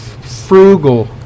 frugal